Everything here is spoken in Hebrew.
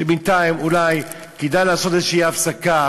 שבינתיים אולי כדאי לעשות איזו הפסקה,